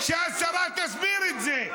שהשרה תסביר את זה.